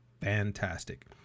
fantastic